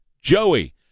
Joey